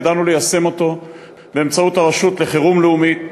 ידענו ליישם אותו באמצעות רשות חירום לאומית,